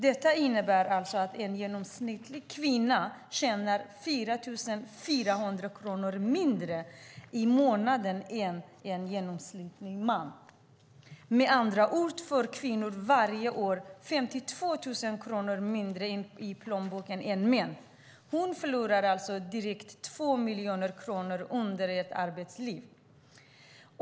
Detta innebär att en genomsnittlig kvinna tjänar 4 400 kronor mindre i månaden än en genomsnittlig man. Med andra ord får kvinnor varje år 52 000 kronor mindre i plånboken än män. Kvinnan förlorar alltså 2 miljoner kronor under ett arbetsliv.